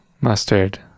mustard